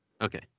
Okay